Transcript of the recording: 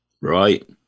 right